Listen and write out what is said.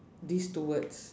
these two words